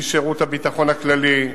משירות הביטחון הכללי,